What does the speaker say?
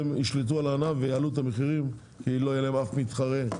ישלטו על הענף ויעלו את המחירים כי לא יהיה להם אף מתחרה.